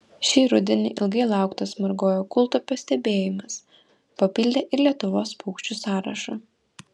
šį rudenį ilgai lauktas margojo kūltupio stebėjimas papildė ir lietuvos paukščių sąrašą